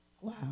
wow